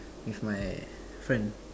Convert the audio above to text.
with my friend